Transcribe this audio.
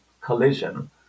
collision